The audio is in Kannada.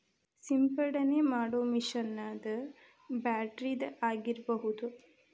ಸಿಂಪಡನೆ ಮಾಡು ಮಿಷನ್ ಅದ ಬ್ಯಾಟರಿದ ಆಗಿರಬಹುದ